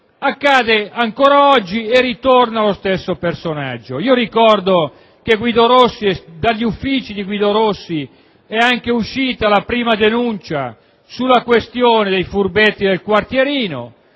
accade ancora oggi e ritorna lo stesso personaggio. Ricordo che dagli uffici di Guido Rossi è uscita la prima denuncia sulla questione dei furbetti del quartierino;